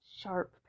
sharp